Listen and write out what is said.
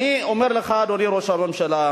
אני אומר לך, אדוני ראש הממשלה,